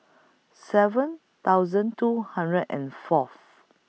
seven thousand two hundred and Fourth